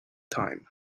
time